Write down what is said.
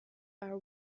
are